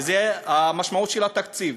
וזו המשמעות של התקציב.